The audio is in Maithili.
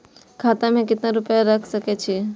खाता में केतना रूपया रैख सके छी?